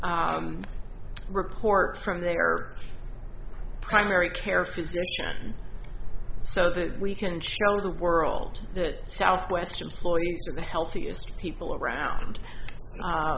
report from their primary care physician so that we can show the world that southwest employees are the healthiest people